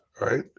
right